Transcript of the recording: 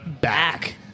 back